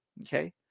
Okay